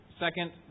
Second